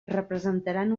representaran